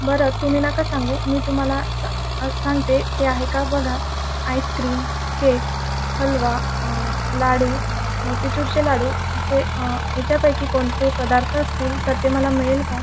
बरं तुम्ही नका सांगू मी तुम्हाला सा सांगते ते आहे का बघा आईस्क्रीम केक हलवा लाडू मोतीचूरचे लाडू असे याच्यापैकी कोणते पदार्थ असतील तर ते मला मिळेल का